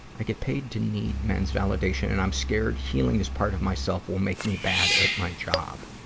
i get paid to need men's validation, and i'm scared healing this part of myself will make me bad at my job.